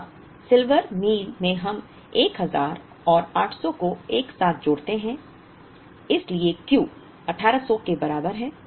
अब सिल्वर मील में हम 1000 और 800 को एक साथ जोड़ते हैं इसलिए Q 1800 के बराबर है